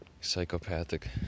psychopathic